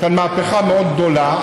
יש כאן מהפכה מאוד גדולה,